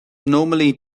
normally